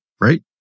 right